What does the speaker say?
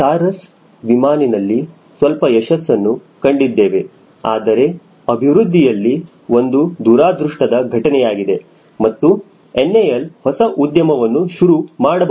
SARAS ವಿಮಾನನಲ್ಲಿ ಸ್ವಲ್ಪ ಯಶಸ್ಸನ್ನು ಕಂಡಿದ್ದೇವೆ ಆದರೆ ಅಭಿವೃದ್ಧಿಯಲ್ಲಿ ಒಂದು ದುರಾದೃಷ್ಟದ ಘಟನೆಯಾಗಿದೆ ಮತ್ತು NAL ಹೊಸ ಉದ್ಯಮವನ್ನು ಶುರು ಮಾಡಬಹುದು